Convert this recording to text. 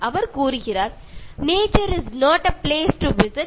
அவர் கூறுகிறார் "nature is not a place to visit